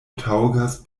taŭgas